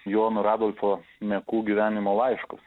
jono ir adolfo mekų gyvenimo laiškus